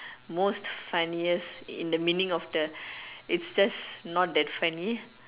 most funniest in the meaning of the it's just not that funny